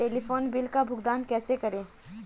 Telephone bill का भुगतान कैसे करें?